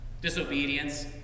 disobedience